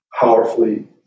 powerfully